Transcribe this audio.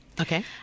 Okay